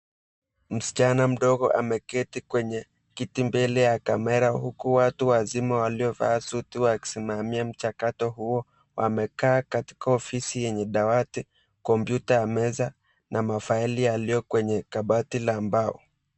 Msichana mdogo ameketi kwenye kiti mbele ya camera huku watu wazima waliovaa suti wakisimamia mchakato huo wamekaa katika ofisi yenye dawati, computer meza na mafaili yalioyo kwenye kabati la mbao.